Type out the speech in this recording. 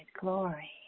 glory